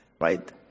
Right